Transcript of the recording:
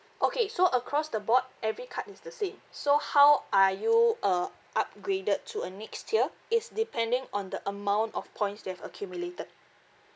okay so across the board every card is the same so how are you uh upgraded to a next tier is depending on the amount of points you have accumulated